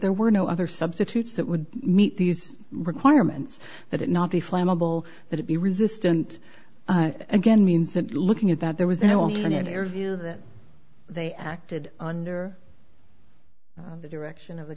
there were no other substitutes that would meet these requirements that it not be flammable that it be resistant again means that looking at that there was an air view that they acted under the direction of the